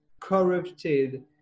corrupted